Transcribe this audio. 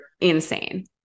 insane